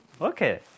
Okay